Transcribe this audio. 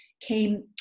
came